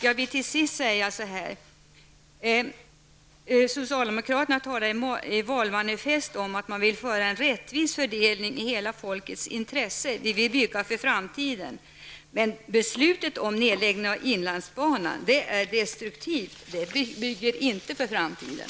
Jag vill till sist säga: Socialdemokraterna talar i valmanifest om att man vill ha en rättvis fördelning i hela folkets intresse. Vi vill bygga för framtiden, säger man. Men beslutet om nedläggning av inlandsbanan är destruktivt. Det bygger inte för framtiden.